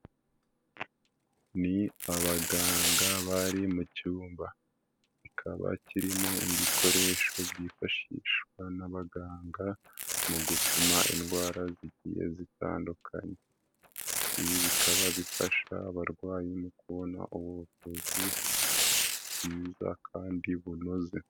Ni abaganga bari mu cyumba kikaba kirimo ibikoresho byifashishwa n'abaganga, mu gupima indwara z'igi zitandukanye, ibi bikaba bifasha abarwayi mu kubona ubuvuzi, bwiza kandi bunoze.